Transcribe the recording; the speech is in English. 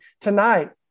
tonight